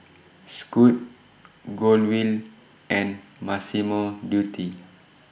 Scoot Golden Wheel and Massimo Dutti